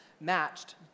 matched